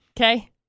okay